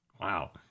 wow